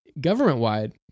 government-wide